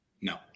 No